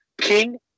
king